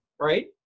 right